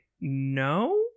no